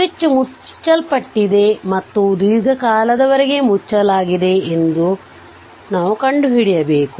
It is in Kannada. ಸ್ವಿಚ್ ಮುಚ್ಚಲ್ಪಟ್ಟಿದೆ ಮತ್ತು ದೀರ್ಘಕಾಲದವರೆಗೆ ಮುಚ್ಚಲಾಗಿದೆ ಎಂದು ಕಂಡುಹಿಡಿಯಬೇಕು